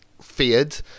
feared